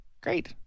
Great